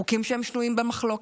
חוקים שהם שנויים במחלוקת,